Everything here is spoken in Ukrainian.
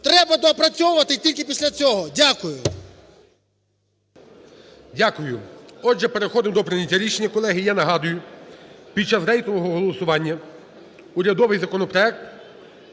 Треба доопрацьовувати тільки після цього. Дякую. ГОЛОВУЮЧИЙ. Дякую. Отже, переходимо до прийняття рішення, колеги. Я нагадую: під час рейтингового голосування урядовий законопроект